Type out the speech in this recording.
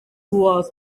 was